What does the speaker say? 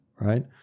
right